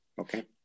Okay